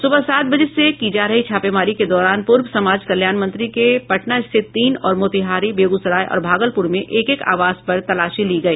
सुबह सात बजे से की जा रही छापेमारी के दौरान पूर्व समाज कल्याण मंत्री के पटना स्थित तीन और मोतिहारी बेगूसराय तथा भागलपुर में एक एक आवास पर तलाशी ली गई